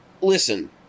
listen